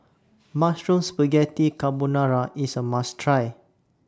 Mushroom Spaghetti Carbonara IS A must Try